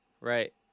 Right